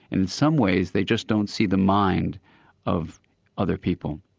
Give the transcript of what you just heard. in some ways they just don't see the mind of other people.